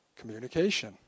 communication